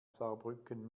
saarbrücken